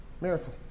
miracle